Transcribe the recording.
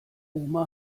oma